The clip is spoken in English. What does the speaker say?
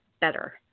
better